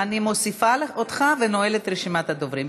אני מוסיפה אותך ונועלת את רשימת הדוברים.